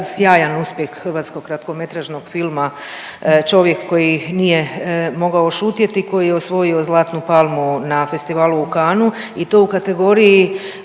sjajan uspjeh hrvatskog kratkometražnog filma „Čovjek koji nije mogao šutjeti“ koji je osvojio Zlatnu palmu na festivalu u Cannesu i to u kategoriji